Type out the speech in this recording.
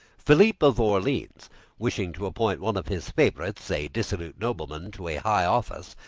philippe of orleans wishing to appoint one of his favorites, a dissolute nobleman, to a high office,